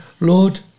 Lord